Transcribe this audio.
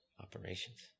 operations